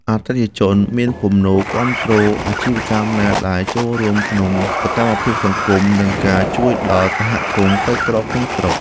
អតិថិជនមានទំនោរគាំទ្រអាជីវកម្មណាដែលចូលរួមក្នុងសកម្មភាពសង្គម និងការជួយដល់សហគមន៍ក្រីក្រនៅក្នុងស្រុក។